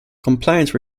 compliance